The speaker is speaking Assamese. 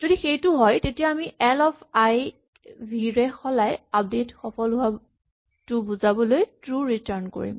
যদি সেইটো হয় তেতিয়া আমি এল অফ আই ক ভি ৰে সলাই আপডেট সফল হোৱাটো বুজাবলৈ ট্ৰো ৰিটাৰ্ন কৰিম